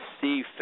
see